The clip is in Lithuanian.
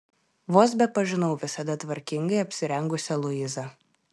vos bepažinau visada tvarkingai apsirengusią luizą